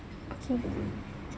okay